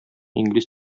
инглиз